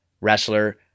wrestler